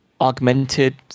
augmented